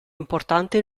importante